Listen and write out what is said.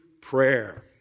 prayer